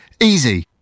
Easy